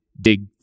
dig